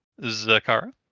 Zakara